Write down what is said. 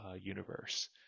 universe